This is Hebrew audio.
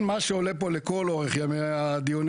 תיארתי באופן נרחב את השיטה שבה הדברים